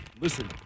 listen